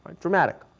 dramatic